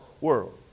world